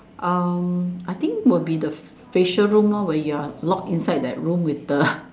um I think will be the facial room lor when you're locked inside that room with the